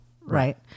Right